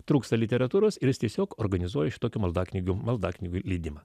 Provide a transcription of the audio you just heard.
trūksta literatūros ir jis tiesiog organizuoja šitokių maldaknygių maldaknygių leidimą